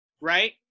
right